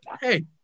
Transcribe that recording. hey